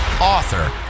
Author